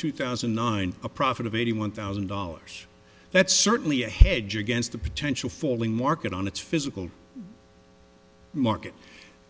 two thousand and nine a profit of eighty one thousand dollars that's certainly a hedge against the potential for lng market on its physical market